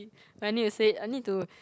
apparently it said I need to say I need to